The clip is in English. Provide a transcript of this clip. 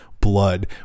Blood